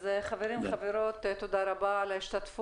אז, חברים וחברות, תודה רבה על ההשתתפות.